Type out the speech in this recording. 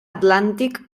atlàntic